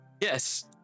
Yes